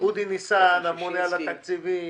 הממונה על התקציבים,